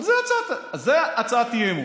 זו הצעת האי-אמון.